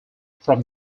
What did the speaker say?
from